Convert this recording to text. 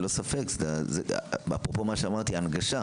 אפרופו הנגשה.